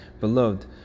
beloved